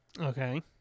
Okay